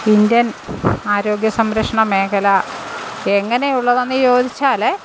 Indian ആരോഗ്യസംരക്ഷണമേഖല എങ്ങനെ ഉള്ളതാണെന്ന് ചോദിച്ചാൽ